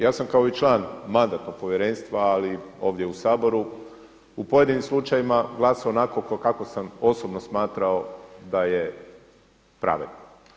Ja sam kao i član Mandatno-imunitetno povjerenstva ali ovdje u Saboru u pojedinim slučajevima glasao onako kako sam osobno smatrao da je pravedno.